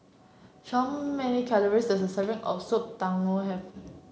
many calories the serving of Soup Tulang have